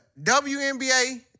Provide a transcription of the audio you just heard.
WNBA